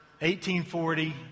1840